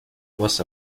was